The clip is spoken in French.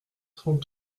trente